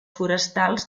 forestals